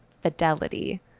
fidelity